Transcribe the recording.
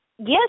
Yes